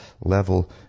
level